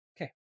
Okay